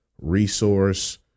resource